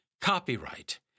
Copyright